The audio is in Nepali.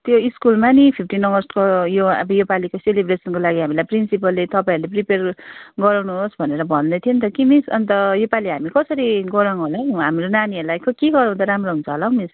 त्यो स्कुलमा नि फिफ्टिन अगस्तको यो अब यो पालिको सेलिब्रेसनको लागि हामीलाई प्रिन्सिपलले तपाईँहरूले प्रिपेर गर्नुहोस् भनेर भन्दै थियो नि त कि मिस अन्त यो पालि हामीहरू कसरी गरौँ होला हौ हाम्रो नानीहरूलाई खै के गराउँदा राम्रो हुन्छ होला हौ मिस